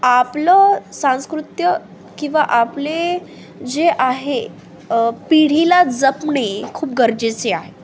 आपलं सांस्कृत्य किंवा आपले जे आहे पिढीला जपणे खूप गरजेचे आहे